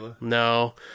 No